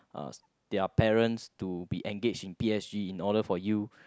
uh their parents to be engaged in P_S_G in order for you